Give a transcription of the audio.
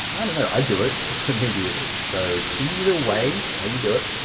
i don't know, i do it, so maybe it is. so, either way, how you do it,